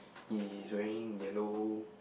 he wearing yellow